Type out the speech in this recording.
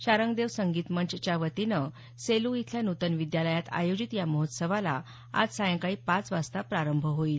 शाङ्गदेव संगीत मंच च्या वतीनं सेलू इथल्या नूतन विद्यालयात आयोजित या महोत्सवाला आज सायंकाळी पाच वाजता प्रारंभ होईल